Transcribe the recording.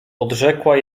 odrzekła